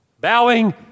bowing